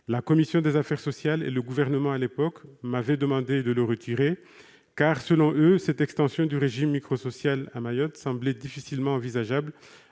La commission des affaires sociales et le Gouvernement m'avaient à l'époque demandé de le retirer, car, selon eux, une extension du régime microsocial à Mayotte était difficilement envisageable